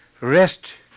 rest